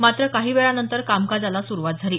मात्र काही वेळानंतर कामकाजाला सुरुवात झाली